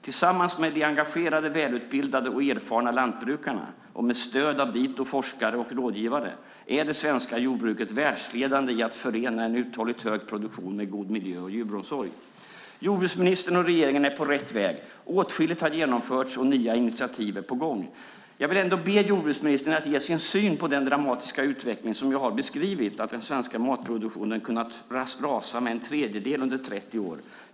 Tillsammans med de engagerade, välutbildade och erfarna lantbrukarna, och med stöd av dito forskare och rådgivare, är det svenska jordbruket världsledande i att förena en uthålligt hög produktion med god miljö och djuromsorg. Jordbruksministern och regeringen är på rätt väg. Åtskilligt har genomförts, och nya initiativ är på gång. Jag vill ändå be jordbruksministern att ge sin syn på den dramatiska utveckling som jag har beskrivit, att den svenska matproduktionen kunnat rasa med en tredjedel under 30 år?